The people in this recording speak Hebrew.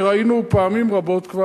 שכבר ראינו פעמים רבות,